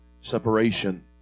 Separation